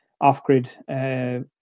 off-grid